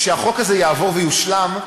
כשהחוק הזה יעבור ויושלם,